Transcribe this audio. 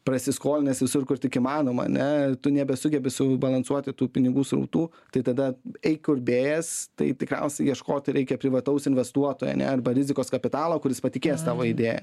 prasiskolinęs visur kur tik įmanoma ane tu nebesugebi subalansuoti tų pinigų srautų tai tada eik kur bėjęs tai tikriausiai ieškoti reikia privataus investuotojo ane arba rizikos kapitalo kuris patikės tavo idėja